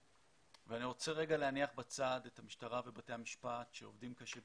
אני רוצה להניח בצד את המשטרה ואת בתי המשפט שעובדים קשה,